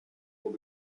will